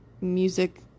music